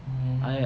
mmhmm